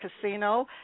Casino